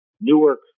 Newark